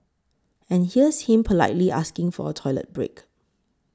and here's him politely asking for a toilet break